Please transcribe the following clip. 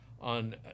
on